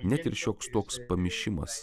net ir šioks toks pamišimas